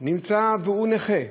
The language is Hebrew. הוא נכה,